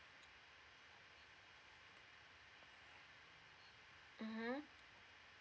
mmhmm